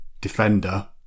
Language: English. defender